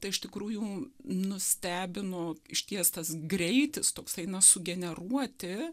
tai iš tikrųjų nustebino išties tas greitis toksai na sugeneruoti